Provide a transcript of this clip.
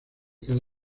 cada